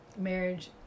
marriage